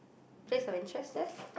place of interest there